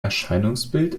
erscheinungsbild